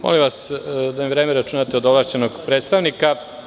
Molim vas da mi vreme računate od ovlašćenog predstavnika.